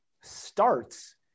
starts